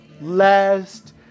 last